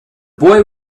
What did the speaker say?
boy